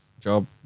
job